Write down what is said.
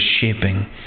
shaping